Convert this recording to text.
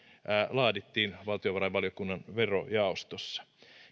laadittiin valtiovarainvaliokunnan verojaostossa